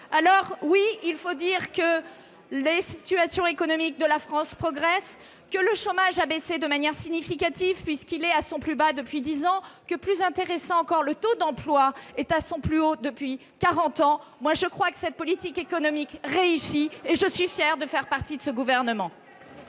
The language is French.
Alors, oui, il faut admettre que la situation économique de la France progresse, que le chômage a baissé de manière significative, puisqu'il est à son plus bas depuis dix ans, et que- plus intéressant encore -le taux d'emploi est à son plus haut depuis quarante ans. La précarité aussi ! Pour ma part, je crois que cette politique économique réussit, et je suis fière de faire partie de ce gouvernement